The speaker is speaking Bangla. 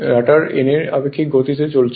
রটারটি n এর আপেক্ষিক গতিতে চলছে